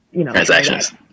Transactions